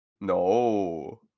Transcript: No